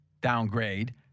downgrade